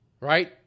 right